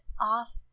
off